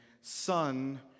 Son